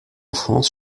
france